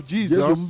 Jesus